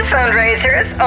fundraisers